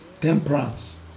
temperance